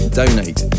donate